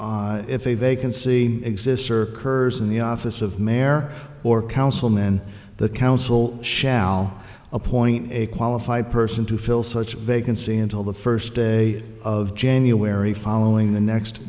if a vacancy exists or curbs in the office of mer or councilmen the council shall appoint a qualified person to fill such a vacancy until the first day of january following the next